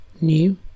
new